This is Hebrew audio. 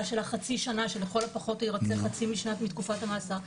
של חצי שנה שלכל הפחות ירצה חצי מתקופת המאסר.